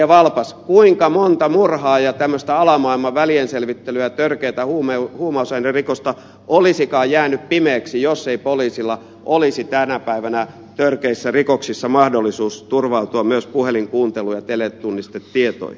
valpas kuinka monta murhaa ja tämmöistä alamaailman välienselvittelyä ja törkeätä huumausainerikosta olisikaan jäänyt pimeäksi jos ei poliisilla olisi tänä päivänä törkeissä rikoksissa mahdollisuus turvautua myös puhelinkuunteluun ja teletunnistetietoihin